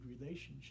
relationship